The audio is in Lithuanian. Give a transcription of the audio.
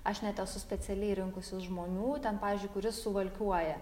aš net esu specialiai rinkusis žmonių ten pavyzdžiui kuris suvalkiuoja